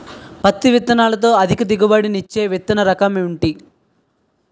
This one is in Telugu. పత్తి విత్తనాలతో అధిక దిగుబడి నిచ్చే విత్తన రకం ఏంటి?